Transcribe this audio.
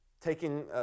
taking